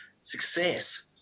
Success